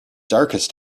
darkest